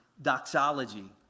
Doxology